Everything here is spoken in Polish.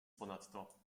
ponadto